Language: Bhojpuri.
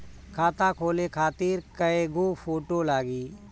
खाता खोले खातिर कय गो फोटो लागी?